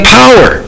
power